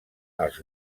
als